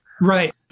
Right